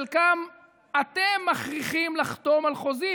את חלקם אתם מכריחים לחתום על חוזים